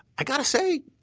i got to say